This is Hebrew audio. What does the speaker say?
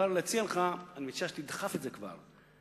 להציע לך, תדחף את זה כבר.